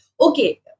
okay